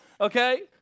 okay